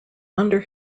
under